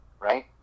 right